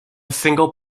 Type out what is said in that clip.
single